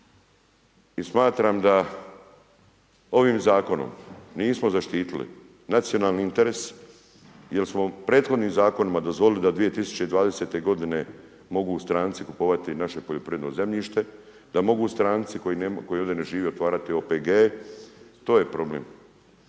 i smatram da ovim zakonom nismo zaštitili nacionalni interes jel smo prethodnim zakonima dozvolili da 2020. godine mogu stranci kupovati naše poljoprivredno zemljište, da mogu stranci koji ovdje ne žive otvarati OPG-e to je problem.